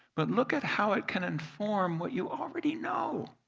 but look at how it can inform what you already know,